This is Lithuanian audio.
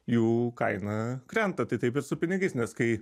jų kaina krenta tai taip ir su pinigais nes kai